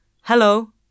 Hello